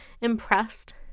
impressed